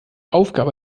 aufgabe